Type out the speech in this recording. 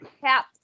Cap